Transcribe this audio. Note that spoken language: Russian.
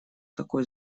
такой